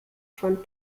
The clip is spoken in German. von